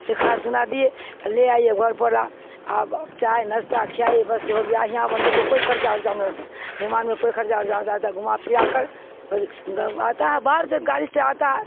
دھا سنا دیے لے آئیے گھر پر آ آپ چاہ نسستہ کھ آئیے بس ہو گیا ہاں آپ ہم لوگ کو کوئی خرچہ ا جانا رہتا ہے مہمان میں کوئیرچہ ارجان رہتا ہے گھما پرا کر بس آتا ہے باہر سے گاڑی سے آتا ہے